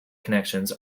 connections